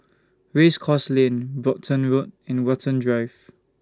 Race Course Lane Brompton Road and Watten Drive